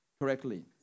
correctly